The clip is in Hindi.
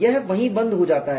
यह वहीं बंद हो जाता है